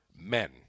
men